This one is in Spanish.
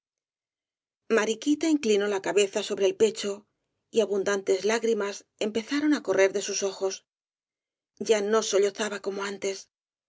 mariquita inclinó la cabeza sobre el pecho y abundantes lágrimas empezaron á correr de sus ojos ya no sollozaba como antes